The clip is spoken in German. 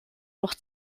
noch